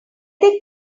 they